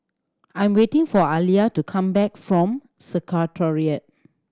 I'm waiting for Aliya to come back from Secretariat